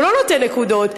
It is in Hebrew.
הוא לא נותן נקודות.